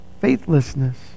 faithlessness